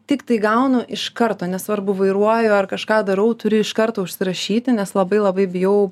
tiktai gaunu iš karto nesvarbu vairuoju ar kažką darau turi iš karto užsirašyti nes labai labai bijau